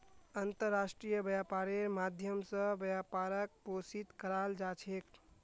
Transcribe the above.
अन्तर्राष्ट्रीय व्यापारेर माध्यम स व्यापारक पोषित कराल जा छेक